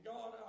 God